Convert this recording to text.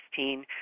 2016